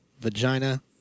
vagina